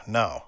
no